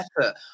effort